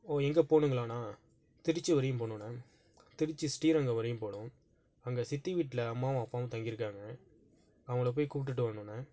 ஓ எங்கே போகணுங்களாண்ணா திருச்சி வரையும் போகணுண்ணா திருச்சி ஸ்ரீரங்கம் வரையும் போகணும் அங்கே சித்தி வீட்டில் அம்மாவும் அப்பாவும் தங்கி இருக்காங்க அவங்கள போய் கூப்பிடுட்டு வர்ணுண்ணா